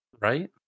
right